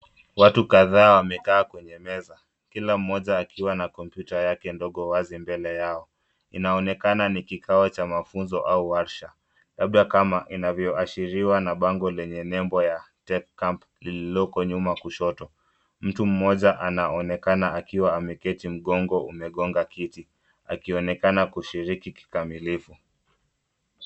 Watu kadhaa wamekaa kwenye meza kila mmoja akiwa na kompyuta yake ndogo wazi mbele yao, inaonekana nikikao cha mafunzo au warsha labda kama inavyo adhiriwa na bango lenye nembo ya tech camp lililoko nyuma kushoto, mtu mmoja anaonekana akiwa ameketi mgongo umegonga kiti akionekana kushuriki vikamilivu.